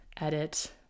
edit